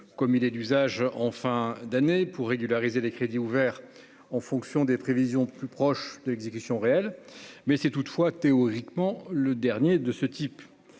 comme il est d'usage en fin d'année pour régulariser les crédits ouverts en fonction de prévisions plus proches de l'exécution réelle. C'est théoriquement le dernier texte de ce type.